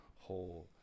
whole